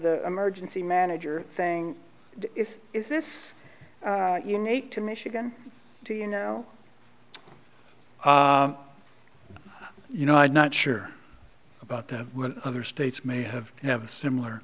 the emergency manager thing is is this unique to michigan do you know you know i'm not sure about that other states may have have a similar